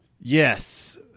Yes